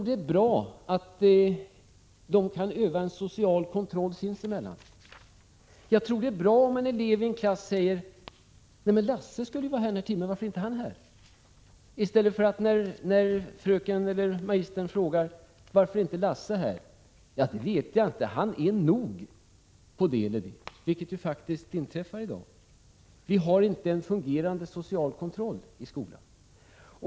Det är bra att de kan utöva en social kontroll sinsemellan. Jag tror det är bra om en elev i en klass säger: Lasse skulle vara här, varför är han inte det? Det är bättre än att man när fröken eller magistern frågar: Varför är inte Lasse här? svarar: Vet inte, han är nog på det eller det — vilket faktiskt inträffar i dag. Vi har inte en fungerande social kontroll i skolan.